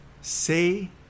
say